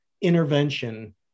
intervention